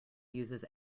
uses